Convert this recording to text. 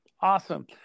Awesome